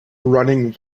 running